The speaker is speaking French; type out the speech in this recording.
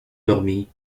dormi